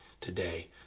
today